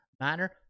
manner